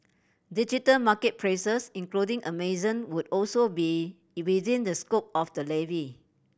digital market places including Amazon would also be it within the scope of the levy